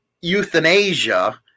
euthanasia